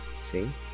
See